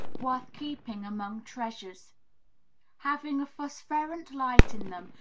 worth keeping among treasures having a phosphorescent light in them,